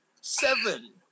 seven